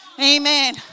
Amen